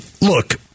look